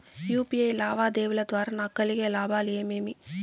UPI లావాదేవీల ద్వారా నాకు కలిగే లాభాలు ఏమేమీ?